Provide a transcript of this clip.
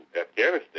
Afghanistan